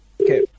Okay